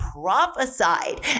prophesied